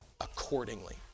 accordingly